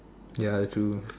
ya true